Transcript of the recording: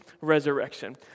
resurrection